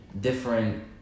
different